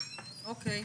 (היו"ר אפרת רייטן מרום, 11:40)